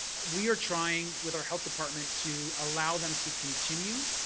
we are trying with our health department, to allow them to continue.